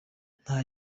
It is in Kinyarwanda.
nta